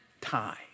time